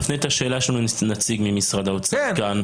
נפנה את השאלה שלנו לנציג ממשרד האוצר כאן,